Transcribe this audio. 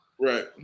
Right